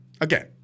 Again